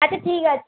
আচ্ছা ঠিক আছে